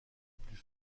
plus